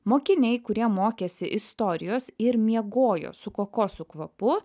mokiniai kurie mokėsi istorijos ir miegojo su kokosų kvapu